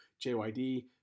JYD